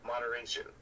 Moderation